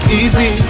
easy